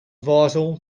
vital